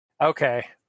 Okay